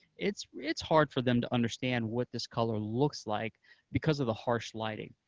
it's it's hard for them to understand what this color looks like because of the harsh lighting,